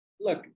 Look